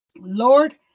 lord